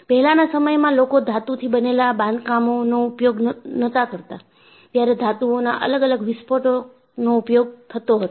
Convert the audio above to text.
પહેલા ના સમયમાં લોકો ધાતુથી બનેલા બાંધકામોનો ઉપયોગ નતાં કરતાં ત્યારે ધાતુઓના અલગ અલગ વિસ્ફોટકનો ઉપયોગ થતો હતો